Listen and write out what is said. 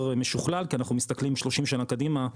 משוכלל כי אנחנו מסתכלים 30 שנים קדימה.